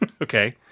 okay